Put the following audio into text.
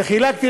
וחילקתי